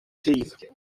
teeth